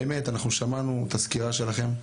באמת אנחנו שמענו את הסקירה שלכם,